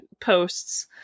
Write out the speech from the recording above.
posts